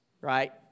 right